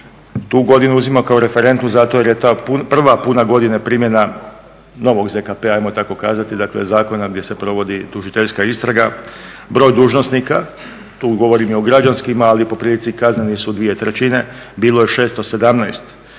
tu godinu uzima kao referentnu zato jer je ta prva puna godina primjena novog ZKP-a ajmo tako kazati, dakle zakona gdje se provodi tužiteljska istraga, broj dužnosnika, tu govorim i o građanskima ali po prilici kazneni su 2/3, bilo je 617.